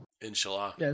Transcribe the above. Inshallah